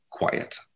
quiet